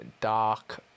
dark